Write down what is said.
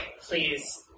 Please